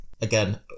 again